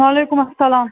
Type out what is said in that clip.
وعلیکُم السلام